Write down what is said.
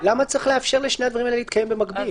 למה צריך לאפשר לשני הדברים האלה להתקיים במקביל?